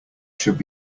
should